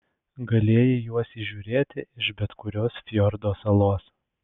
galėjai juos įžiūrėti iš bet kurios fjordo salos